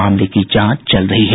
मामले की जांच चल रही है